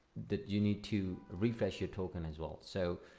that you need to refresh your token as well so